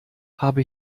habe